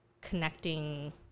connecting